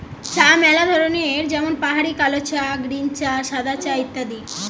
চা ম্যালা ধরনের যেমন পাহাড়ি কালো চা, গ্রীন চা, সাদা চা ইত্যাদি